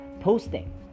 posting